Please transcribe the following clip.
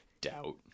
Doubt